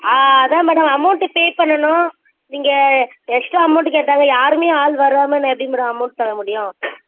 அதுதான் madam amount pay பண்ணணும் நீங்கள் எக்ஸ்ட்ரா அமௌண்ட்டு கேட்டாங்க யாருமே ஆள் வராமல் நான் எப்படி மேடம் அமௌண்ட் தர முடியும்